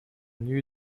new